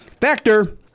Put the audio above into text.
Factor